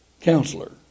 Counselor